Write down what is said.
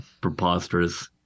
preposterous